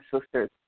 sisters